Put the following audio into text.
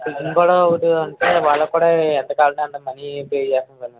cooking కూడా ఒకటి ఉంటే వాళ్ళకు కూడా ఎంత కావాలంటే అంత మనీ పే చేసేస్తాం సార్ మేము